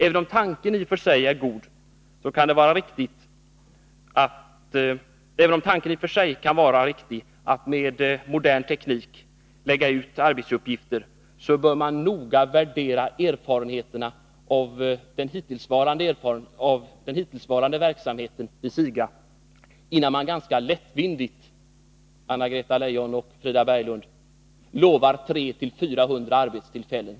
Även om tanken att med modern teknik lägga ut arbetsuppgifter i och för sig kan vara riktig, bör man noga värdera erfarenheterna av den hittillsvarande verksamheten vid SIGA innan man ganska lättvindigt — jag vänder mig här särskilt till Anna-Greta Leijon och Frida Berglund — lovar 300-400 nya arbetstillfällen.